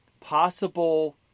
possible